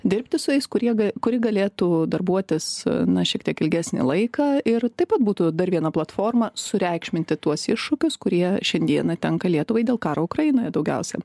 dirbti su jais kurie kuri galėtų darbuotis na šiek tiek ilgesnį laiką ir taip pat būtų dar viena platforma sureikšminti tuos iššūkius kurie šiandieną tenka lietuvai dėl karo ukrainoje daugiausia